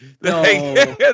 no